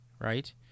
right